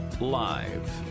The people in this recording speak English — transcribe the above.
Live